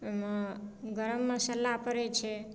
ओहिमे गरम मसाला पड़ैत छै